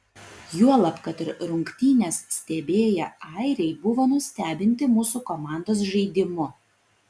juolab kad ir rungtynes stebėję airiai buvo nustebinti mūsų komandos žaidimu